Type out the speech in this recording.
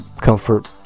comfort